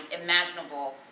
imaginable